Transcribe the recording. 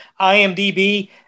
IMDb